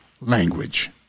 language